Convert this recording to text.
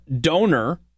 donor